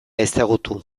ezagutu